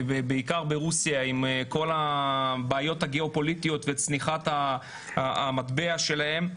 ובעיקר ברוסיה עם כל הבעיות הגאופוליטיות וצניחת המטבע שלהם,